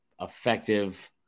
effective